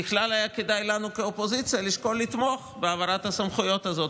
בכלל היה כדאי לנו כאופוזיציה לשקול לתמוך בהעברת הסמכויות הזאת.